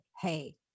hey